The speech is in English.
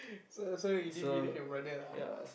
so you didn't believe your brother lah